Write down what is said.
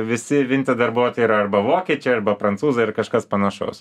visi vinted darbuotojai yra arba vokiečiai arba prancūzai ar kažkas panašaus